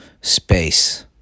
space